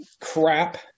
crap